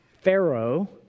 Pharaoh